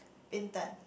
Bintan